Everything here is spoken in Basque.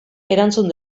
erantzun